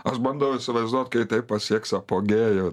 aš bandau įsivaizduot kai tai pasieks apogėjų